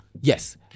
Yes